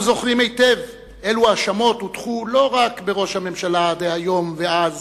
אנחנו זוכרים היטב אילו האשמות הוטחו לא רק בראש הממשלה דהיום ודאז,